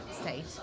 state